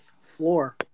floor